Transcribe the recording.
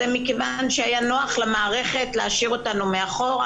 זה מכיוון שהיה נוח למערכת להשאיר אותנו מאחור.